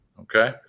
Okay